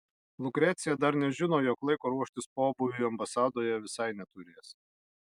lukrecija dar nežino jog laiko ruoštis pobūviui ambasadoje visai neturės